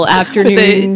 afternoon